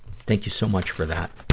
thank you so much for that.